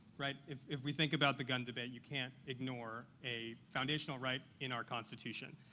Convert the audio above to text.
right? if if we think about the gun debate, you can't ignore a foundational right in our constitution.